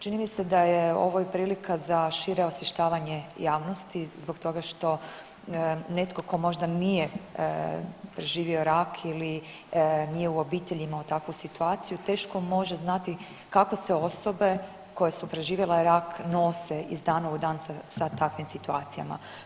Čini mi se da je ovo i prilika za šire osvještavanje javnosti zbog toga što netko ko možda nije živio rak ili nije u obitelji imao takvu situaciju teško može znati kako se osobe koje su preživjele rak nose iz dana u dan sa takvim situacijama.